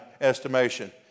estimation